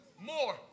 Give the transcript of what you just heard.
more